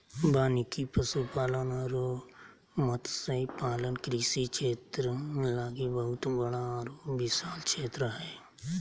वानिकी, पशुपालन अरो मत्स्य पालन कृषि क्षेत्र लागी बहुत बड़ा आरो विशाल क्षेत्र हइ